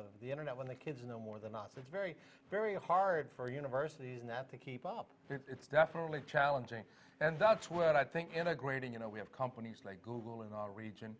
the the internet when the kids in them or the not the very very hard for universities in that to keep up it's definitely challenging and that's what i think integrating you know we have companies like google in the region